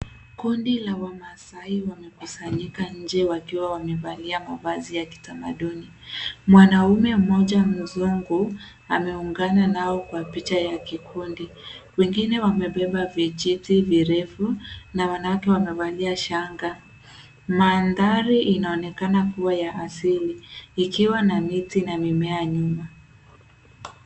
Kundi la wamasai wamekusanyika nje wakiwa wamevalia mavazi ya kitamaduni. Mwanaume mmoja mzungu ameungana nao kwa picha ya kikundi. Wengine wamebeba vijiti virefu na wanawake wamevalia shanga. Mandhari inaonekana kuwa ya asili ikiwa na miti na mimea nyuma.